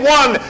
one